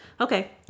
okay